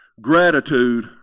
Gratitude